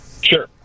Sure